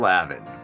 Lavin